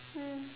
mm